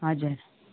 हजुर